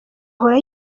ahora